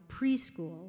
preschool